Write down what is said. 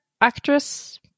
actress